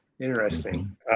Interesting